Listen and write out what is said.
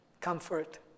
comfort